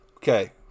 Okay